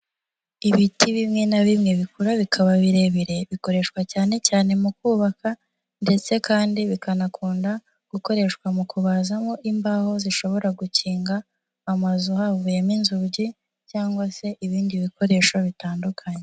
Ibiti bimwe na bimwe bikura bikaba birebire bikoreshwa cyane cyane mu kubaka, ndetse kandi bikanakunda gukoreshwa mu kubazamo imbaho zishobora gukinga amazu havuyemo inzugi cyangwa se ibindi bikoresho bitandukanye.